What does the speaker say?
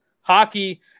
Hockey